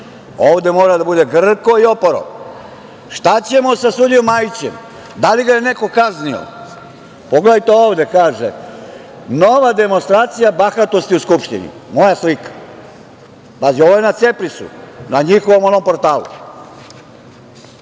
ovde mora da bude grko i oporo. Šta ćemo sa sudijom Majićem? Da li ga je neko kaznio? Pogledajte, ovde, pa kaže, nova demonstracija bahatosti u Skupštini i moja slika. Pazi, ovo je na Ceprisu, na njihovom onom portalu